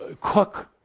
Cook